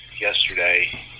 yesterday